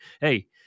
Hey